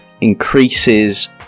increases